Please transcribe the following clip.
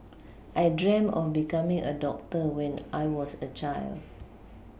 I dreamt of becoming a doctor when I was a child